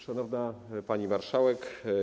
Szanowna Pani Marszałek!